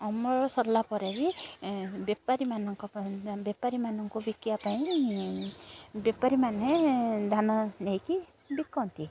ଅମଳ ସରିଲା ପରେ ବି ବେପାରୀମାନଙ୍କ ପାଇଁ ବେପାରୀମାନଙ୍କୁ ବିକିବା ପାଇଁ ବେପାରୀମାନେ ଧାନ ନେଇକି ବିକନ୍ତି